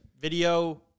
video